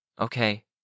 Okay